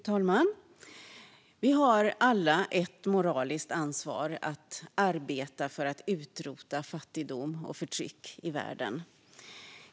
Fru talman! Vi har alla ett moraliskt ansvar att arbeta för att utrota fattigdom och förtryck i världen.